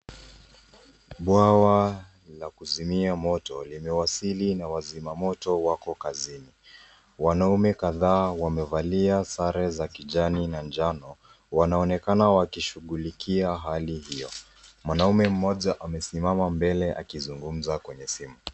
Bwawa la kuzimia moto limewasili na wazima moto wako kazini. Wanaume kadhaa wamevalia sare za kijani na njano, wanaonekana wakishughulikia hali hiyo. Mwanaume mmoja amesimama mbele akizungumza kwenye simu.